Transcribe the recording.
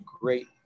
great